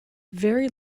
very